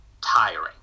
tiring